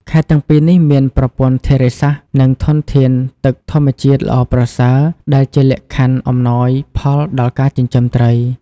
ខេត្តទាំងពីរនេះមានប្រព័ន្ធធារាសាស្ត្រ និងធនធានទឹកធម្មជាតិល្អប្រសើរ ដែលជាលក្ខខណ្ឌអំណោយផលដល់ការចិញ្ចឹមត្រី។